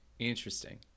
interesting